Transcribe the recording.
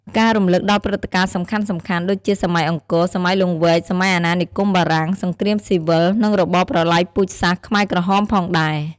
ការរំលឹកដល់ព្រឹត្តិការណ៍សំខាន់ៗ ដូចជាសម័យអង្គរ សម័យលង្វែក សម័យអាណានិគមបារាំង សង្គ្រាមស៊ីវិល និងរបបប្រល័យពូជសាសន៍ខ្មែរក្រហមផងដែរ។